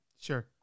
Sure